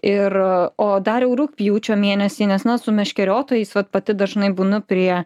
ir o dariau rugpjūčio mėnesį nes na su meškeriotojais vat pati dažnai būnu prie